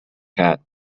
cat